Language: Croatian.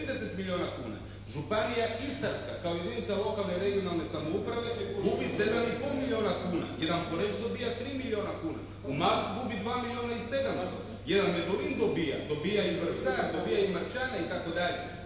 30 milijuna kuna. Županija istarska kao jedinica lokalne i regionalne samouprave gubi 7 i pol milijuna kuna. Jedan Poreč dobija 3 milijuna kuna. Umag gubi 2 milijuna i 700. Jedan Medulin dobija, dobija i Vrsar, dobija i Marčana, itd.